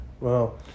Wow